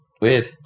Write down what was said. weird